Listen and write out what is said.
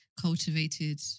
Cultivated